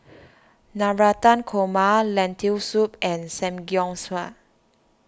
Navratan Korma Lentil Soup and Samgyeopsal